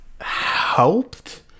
helped